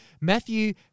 Matthew